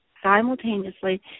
simultaneously